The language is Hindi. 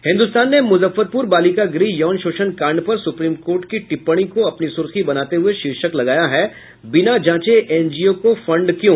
हिन्दुस्तान ने मुजफ्फरपुर बालिका गृह यौन शोषण कांड पर सुप्रीम कोर्ट की टिप्पणी को अपनी सुर्खी बनाते हुये शीर्षक लगाया है बिना जांचे एनजीओ को फंड क्यों